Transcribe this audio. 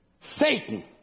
Satan